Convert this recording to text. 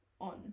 on